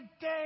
day